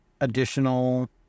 additional